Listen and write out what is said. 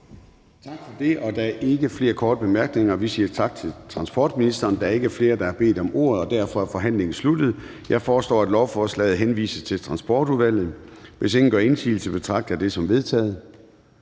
Tak for det. Der er ikke flere korte bemærkninger. Vi siger tak til transportministeren. Der er ikke flere, der har bedt om ordet, og derfor er forhandlingen sluttet. Jeg foreslår, at lovforslaget henvises til Transportudvalget. Hvis ingen gør indsigelse, betragter jeg dette som vedtaget.